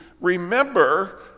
remember